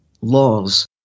laws